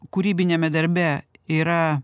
kūrybiniame darbe yra